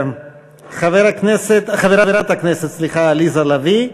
חברת הכנסת עליזה לביא,